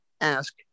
ask